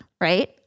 right